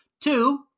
Two